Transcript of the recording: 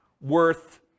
worth